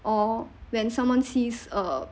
or when someone see a